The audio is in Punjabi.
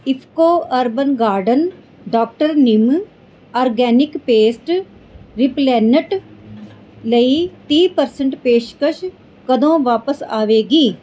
IFFCO urban garden doctor neem organic pest repellent ਲਈ ਤੀਹ ਪਰਸੈਂਟ ਪੇਸ਼ਕਸ਼ ਕਦੋਂ ਵਾਪਸ ਆਵੇਗੀ